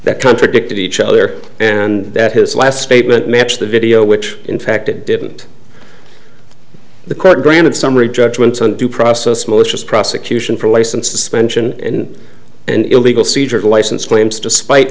that contradicted each other and that his last statement matched the video which in fact it didn't the court granted summary judgment and due process malicious prosecution for license suspension and illegal seizure of license claims despite